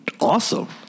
awesome